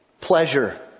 pleasure